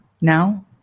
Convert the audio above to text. now